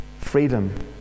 freedom